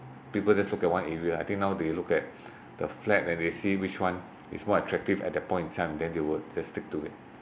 people just look at one area I think now they look at the flat and they see which one is more attractive at that point in time then they would just stick to it